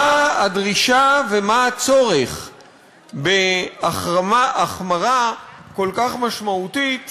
מה הדרישה ומה הצורך בהחמרה כל כך משמעותית